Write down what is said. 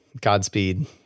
Godspeed